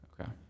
Okay